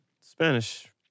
Spanish